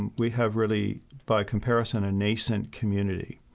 and we have really, by comparison, a nascent community.